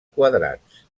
quadrats